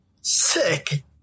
Sick